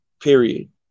period